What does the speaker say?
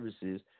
services